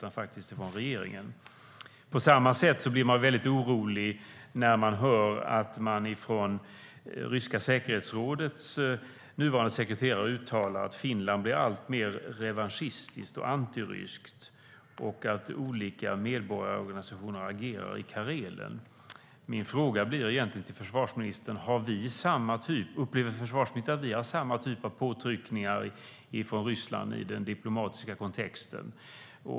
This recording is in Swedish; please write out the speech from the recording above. Jag blir också orolig när jag hör ryska säkerhetsrådets nuvarande sekreterare uttala att Finland blir alltmer revanschistiskt och antiryskt och att olika medborgarorganisationer agerar i Karelen. Upplever försvarsministern att vi har samma typ av påtryckningar från Ryssland i den diplomatiska kontexten?